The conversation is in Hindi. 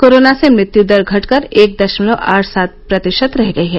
कोरोना से मृत्यु दर घटकर एक दशमलव आठ सात प्रतिशत रह गई है